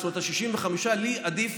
זאת אומרת ה-65 לי עדיף,